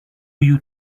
you